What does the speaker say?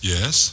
Yes